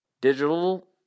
digital